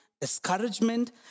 discouragement